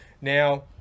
Now